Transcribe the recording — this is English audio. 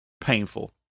painful